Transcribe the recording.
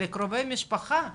לקרובי משפחה ולילדים.